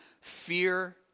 Fear